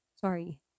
sorry